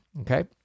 okay